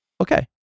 okay